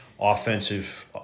offensive